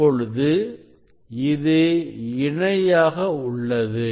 இப்பொழுது இது இணையாக உள்ளது